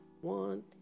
one